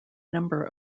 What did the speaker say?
number